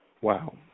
Wow